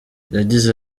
yagize